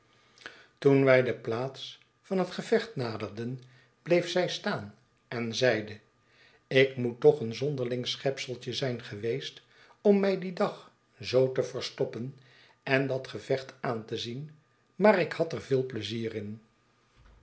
toen wij de plaats van het gevecht naderden bleef zij staan en zeide ik moet toch een zonderling schepseltje zijn geweest om mij dien dag zoo te verstoppen en dat gevecht aan te zien maar ik had er veel pleizier in